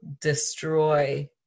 destroy